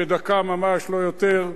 בדקה ממש, לא יותר.